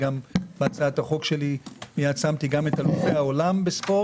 בהצעת החוק שלי שמתי גם את אלופי העולם בספורט